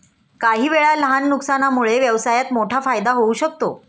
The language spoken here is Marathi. काहीवेळा लहान नुकसानामुळे व्यवसायात मोठा फायदा होऊ शकतो